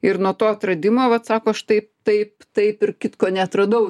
ir nuo to atradimo vat sako aš tai taip taip ir kitko neatradau